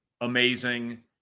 amazing